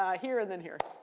ah here, and then here.